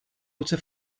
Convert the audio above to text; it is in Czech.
ruce